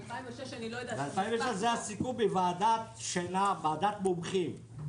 ב-2006 זה הסיכום עם ועדת שינה, ועדת מומחים.